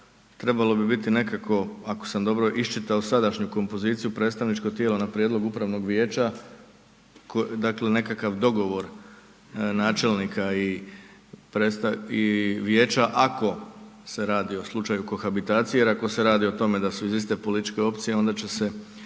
trebalo bi biti nekako ako sam dobro iščitao sadašnju kompoziciju, predstavničko tijelo na prijedlog upravnog vijeća, dakle nekakav dogovor načelnika i vijeća ako se radi o slučaju kohabitacije jer ako se radi o tome da su iz iste političke opcije onda će se